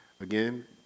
Again